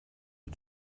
die